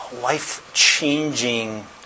life-changing